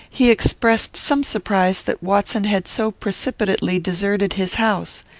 he expressed some surprise that watson had so precipitately deserted his house.